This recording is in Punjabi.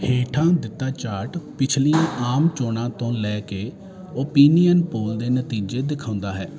ਹੇਠਾਂ ਦਿੱਤਾ ਚਾਰਟ ਪਿਛਲੀਆਂ ਆਮ ਚੋਣਾਂ ਤੋਂ ਲੈ ਕੇ ਓਪੀਨੀਅਨ ਪੋਲ ਦੇ ਨਤੀਜੇ ਦਿਖਾਉਂਦਾ ਹੈ